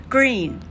Green